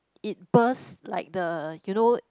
it bursts like the you know